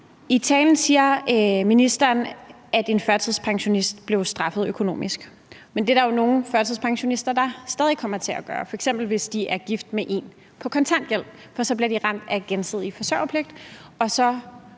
sagde i sin tale, at en førtidspensionist blev straffet økonomisk, men det er der jo stadig nogle førtidspensionister, der kommer til at blive, f.eks. hvis de er gift med en person på kontanthjælp, for så bliver de ramt af den gensidige forsørgerpligt,